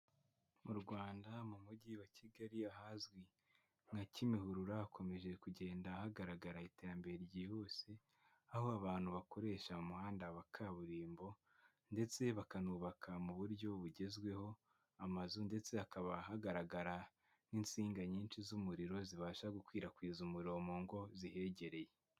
Mu Rwanda mu mujyi wa Kigali, ahazwi nka Kimihurura hakomeje kugenda hagaragara iterambere ryihuse, aho abantu bakoresha umuhanda wa kaburimbo ndetse bakanubaka mu buryo bugezweho amazu ndetse hakaba hagaragara n'insinga nyinshi z'umuriro, zibasha gukwirakwiza umuriro ngo zihegereye.